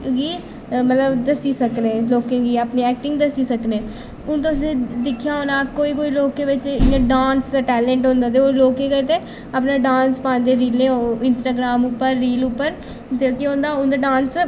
गी मतलब दस्सी सकनें लोकें गी अपनी ऐक्टिंग दस्सी सकनें हून तुसें दिक्खेआ होना कोई कोई लोकें बिच्च इ'यां डांस दा टैलेंट होंदा ते ओह् लोक केह् करदे अपना डांस पांदे रीलें ओह् इंस्टाग्राम उप्पर रील उप्पर दे केह् होंदा उं'दा डांस